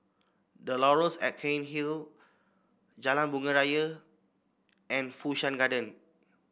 The Laurels at Cairnhill Jalan Bunga Raya and Fu Shan Garden